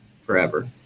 forever